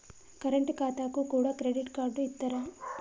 Current ఖాతాకు కూడా credit card ఇత్తరా?